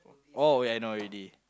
oh wait I know already